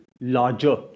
larger